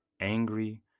angry